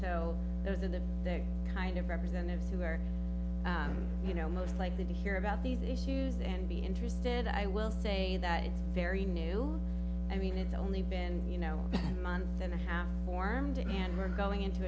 though those that have their kind of representatives who are you know most likely to hear about these issues then be interested i will say that it's very new i mean it's only been you know month and a half formed and we're going into